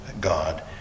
God